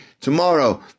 tomorrow